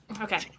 Okay